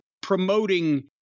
promoting